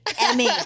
Emmy